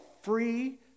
free